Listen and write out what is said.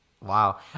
Wow